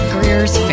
Greer's